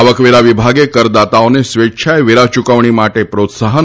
આવકવેરા વિભાગે કરદાતાઓને સ્વેચ્છાએ વેરા ચૂકવણી માટે પ્રોત્સાહન